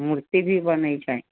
मूर्ति भी बनैत छै